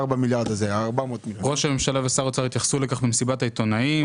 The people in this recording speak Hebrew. ראש הממשלה ושר האוצר התייחסו לכך במסיבת העיתונאים,